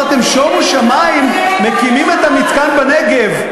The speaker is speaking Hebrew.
אמרתם: שומו שמים, מקימים את המתקן בנגב.